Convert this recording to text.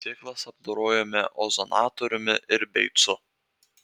sėklas apdorojome ozonatoriumi ir beicu